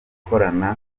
gukorana